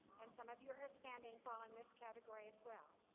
and some of you who are standing fall in this category as well.